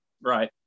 right